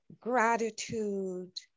gratitude